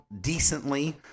decently